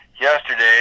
yesterday